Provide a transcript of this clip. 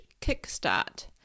kickstart